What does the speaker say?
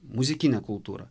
muzikinę kultūrą